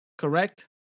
Correct